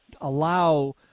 allow